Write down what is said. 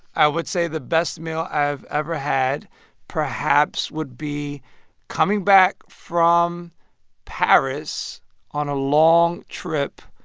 i would say the best meal i've ever had perhaps would be coming back from paris on a long trip.